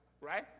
right